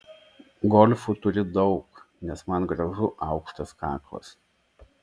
golfų turiu daug nes man gražu aukštas kaklas